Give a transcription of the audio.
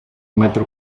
metro